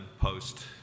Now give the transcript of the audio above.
post